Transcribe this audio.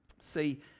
See